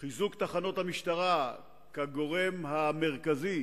חיזוק תחנות המשטרה כגורם המרכזי